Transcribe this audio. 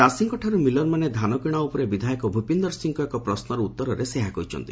ଚାଷୀଙ୍କ ଠାରୁ ମିଲରମାନେ ଧାନକିଣା ଉପରେ ବିଧାୟକ ଭୂପିନ୍ଦର ସିଂହଙ୍କ ଏକ ପ୍ରଶ୍ମର ଉତରରେ ସେ ଏହା କହିଛନ୍ତି